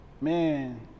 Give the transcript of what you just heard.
man